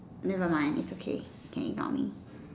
never mid it's okay can ignore me